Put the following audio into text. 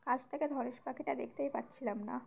কাছ থেকে ধনেশ পাখিটা দেখতেই পাচ্ছিলাম না